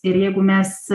ir jeigu mes